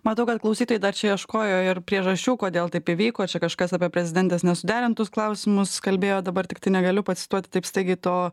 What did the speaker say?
matau kad klausytojai dar čia ieškojo ir priežasčių kodėl taip įvyko čia kažkas apie prezidentės nesuderintus klausimus kalbėjo dabar tiktai negaliu pacituoti taip staigiai to